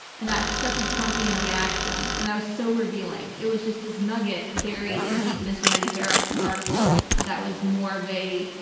and that's such a trumpian reaction. and that was so revealing. it was just this nugget buried deep in his vanity fair article that was more of a,